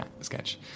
sketch